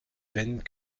veines